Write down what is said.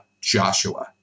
Joshua